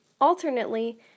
Alternately